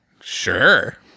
sure